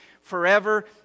forever